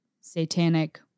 satanic